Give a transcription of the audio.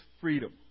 freedom